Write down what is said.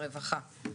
אושר